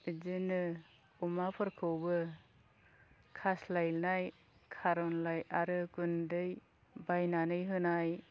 बिदिनो अमाफोरखौबो खास्लायनाय खारनलाय आरो गुन्दै बायनानै होनाय